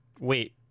Wait